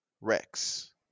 Rex